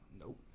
Nope